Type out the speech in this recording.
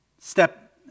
step